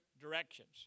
directions